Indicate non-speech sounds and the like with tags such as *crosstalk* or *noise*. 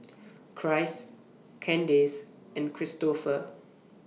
*noise* Christ Kandace and Cristofer